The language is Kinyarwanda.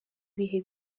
ibihe